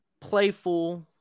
playful